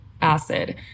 acid